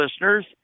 listeners